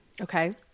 Okay